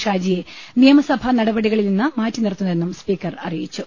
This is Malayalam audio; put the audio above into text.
ഷാജിയെ നിയമസഭാ നടപടികളിൽനിന്ന് മാറ്റി നിർത്തുന്നതെന്നും സ്പീക്കർ അറിയിച്ചു